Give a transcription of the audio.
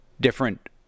different